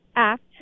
act